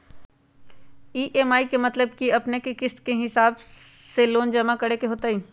EMI के मतलब है कि अपने के किस्त के हिसाब से लोन जमा करे के होतेई?